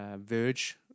verge